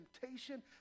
temptation